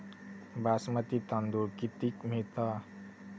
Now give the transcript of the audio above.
बासमती तांदूळ कितीक मिळता?